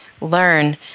learn